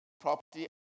property